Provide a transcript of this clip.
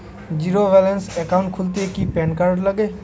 Zero balance account খুলতে কি PAN card লাগে?